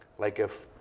like, if